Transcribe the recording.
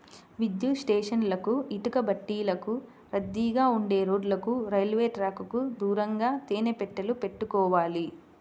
విద్యుత్ స్టేషన్లకు, ఇటుకబట్టీలకు, రద్దీగా ఉండే రోడ్లకు, రైల్వే ట్రాకుకు దూరంగా తేనె పెట్టెలు పెట్టుకోవాలి